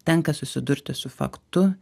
tenka susidurti su faktu